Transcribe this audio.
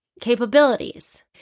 capabilities